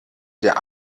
der